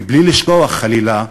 בלי לשכוח חלילה,